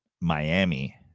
Miami